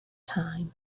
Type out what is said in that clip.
time